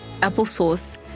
applesauce